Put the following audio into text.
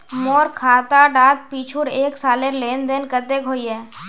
मोर खाता डात पिछुर एक सालेर लेन देन कतेक होइए?